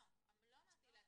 לא אמרתי.